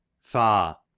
Far